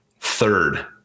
third